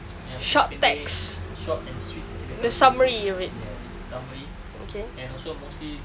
yang pendek-pendek short and sweet kirakan macam gitu yes summary and also mostly